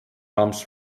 comes